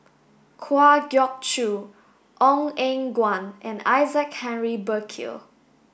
Kwa Geok Choo Ong Eng Guan and Isaac Henry Burkill